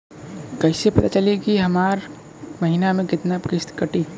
कईसे पता चली की हमार महीना में कितना किस्त कटी?